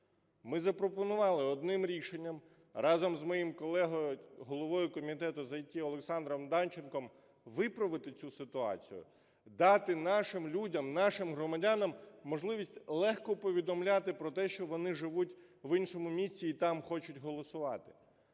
Ми запропонували одним рішенням разом з моїм колегою головою комітету з ІТ Олександром Данченком виправити цю ситуацію, дати нашим людям, нашим громадянам можливість легко повідомляти про те, що вони живуть в іншому місті і там хочуть голосувати.